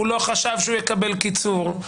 הוא לא חשב שהוא יקבל קיצור,